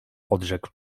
odrzekł